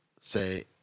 say